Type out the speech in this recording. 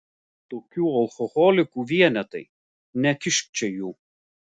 tokių alkoholikų vienetai nekišk čia jų